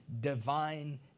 divine